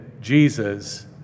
Jesus